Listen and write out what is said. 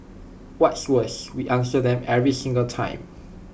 what's worse we answer them every single time